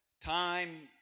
time